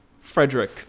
frederick